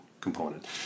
component